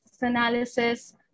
analysis